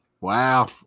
Wow